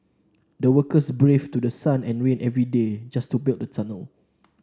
the workers braved through sun and rain every day just to build the tunnel